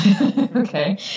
Okay